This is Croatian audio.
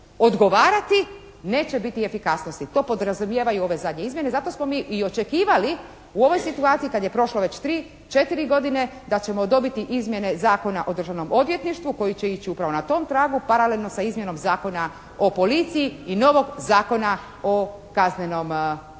odgovarati neće biti efikasnosti. To podrazumijevaju ove zadnje izmjene. Zato smo mi i očekivali u ovoj situaciji kad je prošlo već 3, 4 godine da ćemo dobili izmjene Zakona o Državnom odvjetništvu koje će ići upravo na tom tragu, paralelno sa izmjenom Zakona o policiji i novog Zakona o kaznenom postupku.